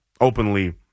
openly